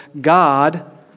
God